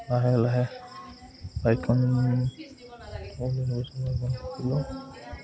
লাহে লাহে বাইখন